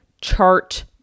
chart